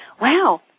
Wow